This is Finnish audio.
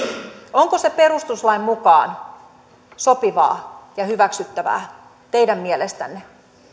onko se perustuslain mukaan sopivaa ja hyväksyttävää teidän mielestänne